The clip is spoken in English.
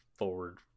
forward